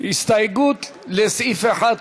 הסתייגות לסעיף 1,